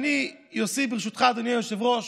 אדוני היושב-ראש,